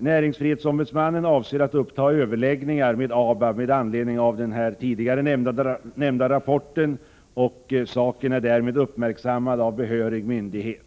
Näringsfrihetsombudsmannen avser att uppta överläggningar med ABAB med anledning av uppgifterna i den nämnda rapporten. Saken är således uppmärksammad av behörig myndighet.